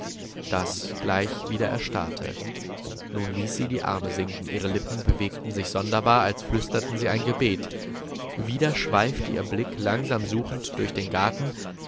das gleich wieder erstarrte nun ließ sie die arme sinken ihre lippen bewegten sich sonderbar als flüsterten sie ein gebet wieder schweifte ihr blick langsam suchend durch den garten